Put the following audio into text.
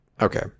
Okay